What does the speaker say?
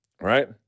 right